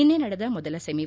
ನಿನ್ನೆ ನಡೆದ ಮೊದಲ ಸೆಮಿಫ